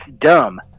dumb